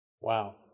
Wow